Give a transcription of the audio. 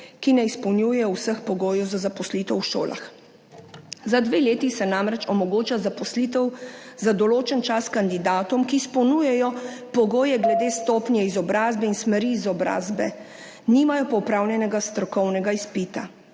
ki ne izpolnjujejo vseh pogojev za zaposlitev v šolah, za 2 leti se namreč omogoča zaposlitev za določen čas kandidatom, ki izpolnjujejo pogoje glede stopnje izobrazbe in smeri izobrazbe, nimajo pa opravljenega strokovnega izpita,